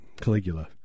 Caligula